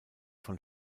von